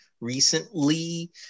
recently